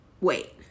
wait